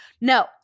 No